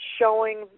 showing